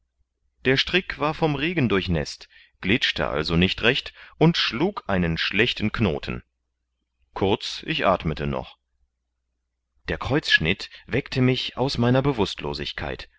der strick war vom regen durchnäßt glitschte also nicht recht und schlug einen schlechten knoten kurz ich athmete noch der kreuzschnitt weckte mich aus meiner bewußtlosigkeit